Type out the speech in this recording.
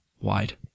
wide